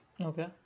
Okay